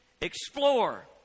Explore